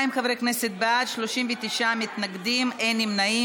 42 חברי כנסת בעד, 39 מתנגדים, אין נמנעים.